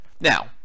Now